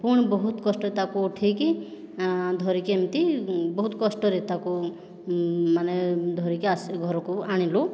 ପୁଣି ବହୁତ କଷ୍ଟରେ ତାକୁ ଉଠେଇକି ଧରିକି ଏମିତି ବହୁତ କଷ୍ଟରେ ତାକୁ ମାନେ ଧରିକି ଆସି ଘରକୁ ଆଣିଲୁ